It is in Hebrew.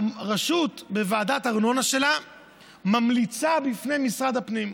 הרשות, וועדת הארנונה שלה ממליצה לפני משרד הפנים.